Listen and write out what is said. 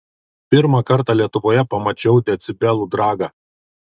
pirmą kartą lietuvoje pamačiau decibelų dragą